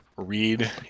read